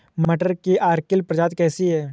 मटर की अर्किल प्रजाति कैसी है?